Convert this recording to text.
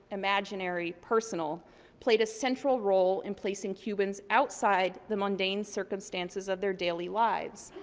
imaginary, personal played a central role in placing cubans outside the mundane circumstances of their daily lives,